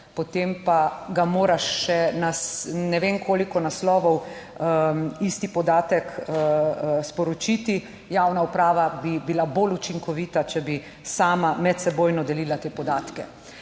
potem pa ga moraš še na ne vem koliko naslovov isti podatek sporočiti. Javna uprava bi bila bolj učinkovita, če bi sama medsebojno delila te podatke.